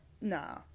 Nah